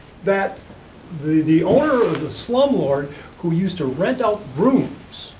that the the owner was a slumlord who used to rent out rooms.